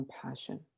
compassion